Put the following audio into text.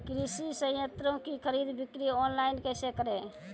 कृषि संयंत्रों की खरीद बिक्री ऑनलाइन कैसे करे?